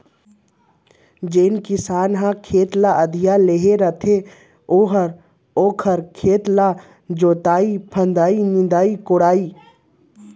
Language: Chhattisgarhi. जेन किसान ह खेत ल अधिया लेहे रथे ओहर ओखर खेत ल जोतही फांदही, निंदही कोड़ही